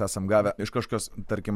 esam gavę iš kažkokios tarkim